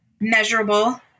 measurable